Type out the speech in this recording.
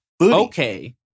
okay